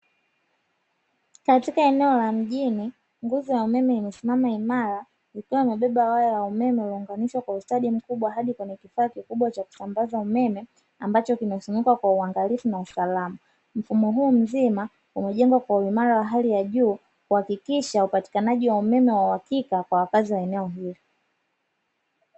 Katika eneo la mjini nguzo ya umeme amesimama imara ikiwa imebeba waya wa umeme uliounganishwa kwa ustadi mkubwa, hadi kwenye kifaa kikubwa cha kusambaza umeme ambacho kimesimikwa kwa uangalifu na usalama, mfumo huu mzima umejengwa kwa uimara wa hali ya juu, kuhakikisha upatikanaji wa umeme wa uhakika kwa wakazi wa eneo hili.